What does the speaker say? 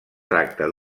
tracta